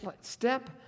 step